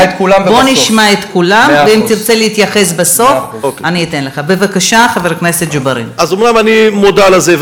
אז אומנם אני מודע לזה,